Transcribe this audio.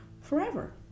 forever